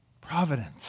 Providence